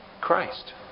Christ